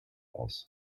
aus